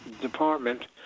department